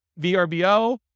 VRBO